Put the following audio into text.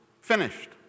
finished